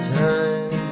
time